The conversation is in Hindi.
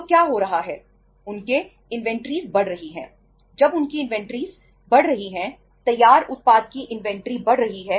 तो क्या हो रहा है